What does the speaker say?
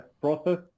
process